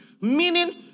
meaning